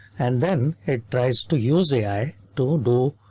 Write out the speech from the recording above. and then it tries to use ai to do.